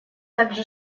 также